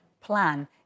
plan